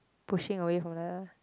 pushing away from the